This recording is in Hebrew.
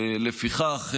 לפיכך,